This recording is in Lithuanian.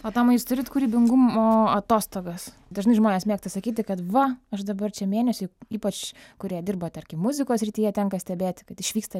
o tomai jūs turit kūrybingumo atostogas dažnai žmonės mėgsta sakyti kad va aš dabar čia mėnesiui ypač kurie dirba tarkim muzikos srityje tenka stebėti kad išvyksta